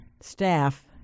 staff